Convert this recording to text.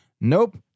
Nope